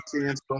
chance